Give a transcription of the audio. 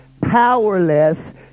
powerless